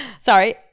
sorry